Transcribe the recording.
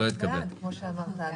הצבעה לא אושר לא התקבל.